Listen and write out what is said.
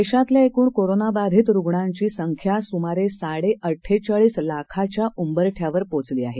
देशातल्या एकूण कोरोनाबाधित रुग्णांची संख्या सुमारे साडे अड्डेचाळीस लाखाच्या उंबरठ्यावर पोचली आहे